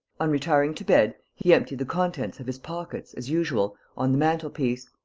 on retiring to bed, he emptied the contents of his pockets, as usual, on the mantelpiece.